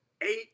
eight